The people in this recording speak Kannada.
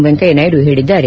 ವೆಂಕಯ್ಯನಾಯ್ದು ಹೇಳಿದ್ದಾರೆ